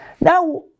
Now